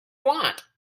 want